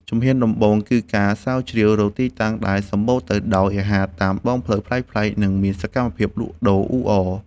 ជំហានដំបូងបំផុត គឺការស្រាវជ្រាវរកទីតាំងដែលសម្បូរទៅដោយអាហារតាមដងផ្លូវប្លែកៗ និងមានសកម្មភាពលក់ដូរអ៊ូអរ។